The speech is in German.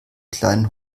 kleinen